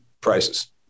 prices